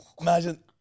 Imagine